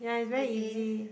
it is